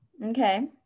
Okay